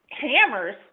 hammers